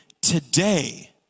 today